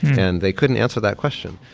and they couldn't answer that question.